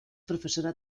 profesora